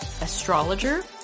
astrologer